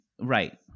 Right